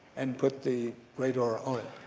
and put the radar on it.